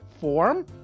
Form